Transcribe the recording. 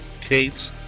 Kate